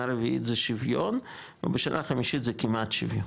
הרביעית זה שוויון ובשנה חמישית זה כמעט שוויון.